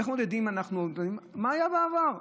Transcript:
איך מודדים אם אנחנו, מה היה בעבר?